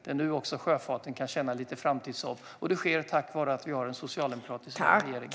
Det är nu också sjöfarten kan känna lite framtidshopp. Och detta sker tack vare att vi har en socialdemokratisk regering.